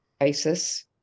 ISIS